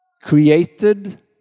created